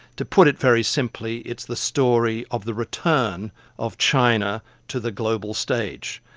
to put it very simply, it's the story of the return of china to the global stage.